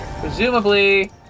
Presumably